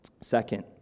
Second